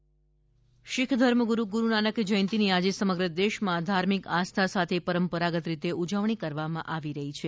ગુરૂનાનક પર્વ શીખ ધર્મગુરૂ ગુરૂનાનક જયંતિની આજે સમગ્ર દેશમાં ધાર્મિક આસ્થા સાથે પરંપરાગત રીતે ઉજવણી કરવામાં આવી રહી છે